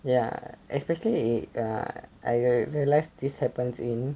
ya especially err I realised this happens in